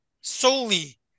solely